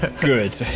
good